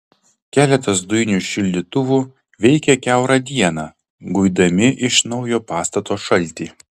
keletas dujinių šildytuvų veikė kiaurą dieną guidami iš naujo pastato šaltį